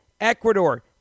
Ecuador